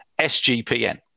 SGPN